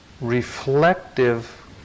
reflective